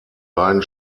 beiden